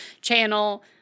channel